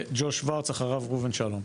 ג'וש שוורץ ואחריו ראובן שלום.